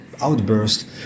outburst